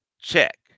Check